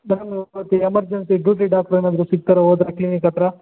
emergency duty doctor ಏನಾದರೂ ಸಿಕ್ತಾರಾ ಹೋದರೆ ಕ್ಲಿನಿಕ್ ಹತ್ತಿರ